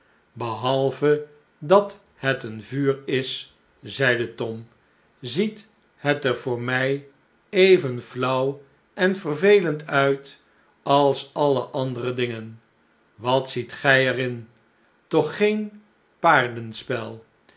behalve dat het een vuur is zeide tom ziet het er voor mij even flauw en vervelend uit als alle andere dingen wat ziet gij er in toch geen